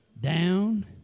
Down